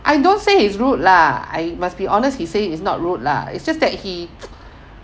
I don't say he is rude lah I must be honest he say it's not rude lah it's just that he